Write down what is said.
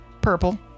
purple